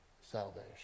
salvation